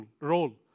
role